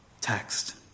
text